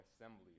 assembly